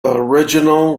original